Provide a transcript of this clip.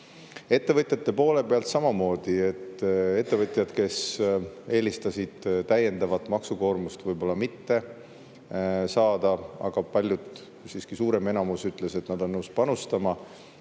Ettevõtjate poole pealt samamoodi – oli ettevõtjaid, kes eelistasid täiendavat maksukoormust võib-olla mitte saada, aga paljud, siiski suurem enamus, ütlesid, et nad on nõus panustama.